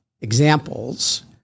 examples